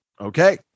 Okay